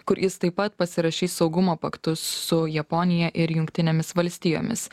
kur jis taip pat pasirašys saugumo paktus su japonija ir jungtinėmis valstijomis